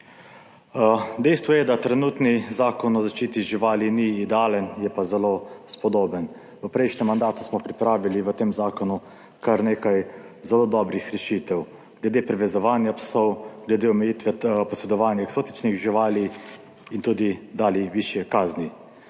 Dejstvo je, da trenutni Zakon o zaščiti živali ni idealen, je pa zelo spodoben. V prejšnjem mandatu smo pripravili v tem zakonu kar nekaj zelo dobrih rešitev, glede privezovanja psov, glede omejitve posedovanja eksotičnih živali in tudi dali višje kazni.